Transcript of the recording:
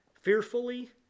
fearfully